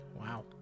wow